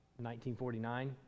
1949